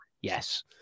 Yes